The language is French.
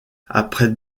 après